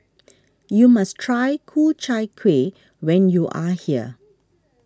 you must try Ku Chai Kuih when you are here